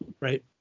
right